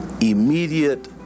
immediate